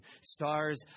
Stars